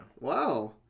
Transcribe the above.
Wow